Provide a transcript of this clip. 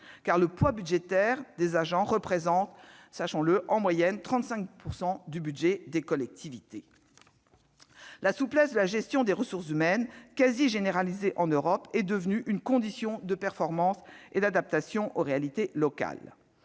Car le poids budgétaire des agents représente en moyenne, sachons-le, 35 % du budget des collectivités. La souplesse de la gestion des ressources humaines, quasi généralisée en Europe, est devenue une condition de performance et d'adaptation aux réalités locales.